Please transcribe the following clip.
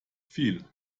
viel